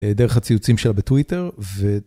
דרך הציוצים שלה בטוויטר ו...